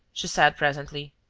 she said, presently.